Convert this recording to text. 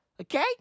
Okay